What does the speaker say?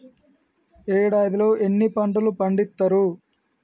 ఏడాదిలో ఎన్ని పంటలు పండిత్తరు?